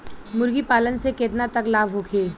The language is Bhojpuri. मुर्गी पालन से केतना तक लाभ होखे?